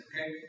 okay